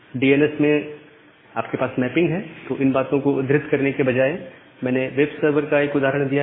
DNS में आपके पास मैपिंग है तो इन बातों को उद्धृत करने के बजाए मैंने वेब सर्वर का एक उदाहरण दिया है